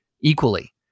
equally